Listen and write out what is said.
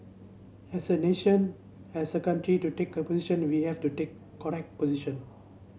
as a nation as a country to take a position we have to take correct position